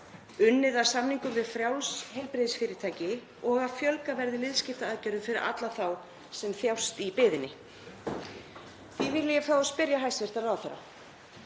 unnið að samningum við frjáls heilbrigðisfyrirtæki og að fjölgað verði liðskiptaaðgerðum fyrir alla þá sem þjást í biðinni. Því vil ég fá að spyrja hæstv. ráðherra: